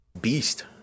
beast